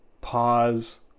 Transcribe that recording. pause